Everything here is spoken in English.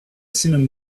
simum